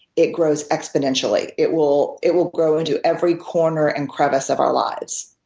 it grows exponentially. it will it will grow into every corner and crevice of our lives.